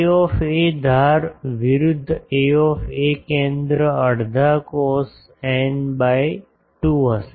A ધાર વિરુદ્ધ A કેન્દ્ર અડધા કોસ n બાય 2 હશે